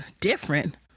different